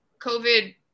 COVID